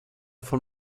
von